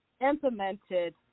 implemented